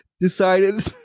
Decided